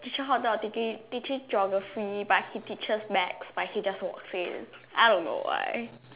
teacher hot dog taking teaching geography but he teaches maths but he just won't say I don't know why